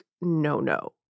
no-no